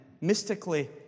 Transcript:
mystically